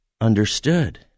understood